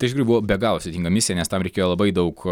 tai iš tikrųjų buvo be galo sudėtinga misija nes tam reikėjo labai daug